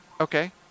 Okay